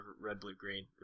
red-blue-green